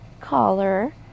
collar